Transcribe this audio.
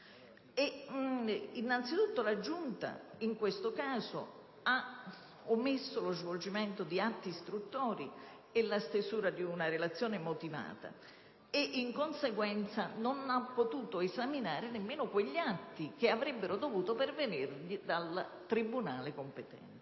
Innanzitutto, la Giunta in questo caso ha omesso lo svolgimento di atti istruttori e la stesura di una relazione motivata e ciò in conseguenza del fatto di non aver potuto esaminare nemmeno quegli atti che avrebbero dovuto pervenirle dal tribunale competente.